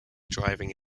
driving